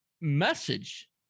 message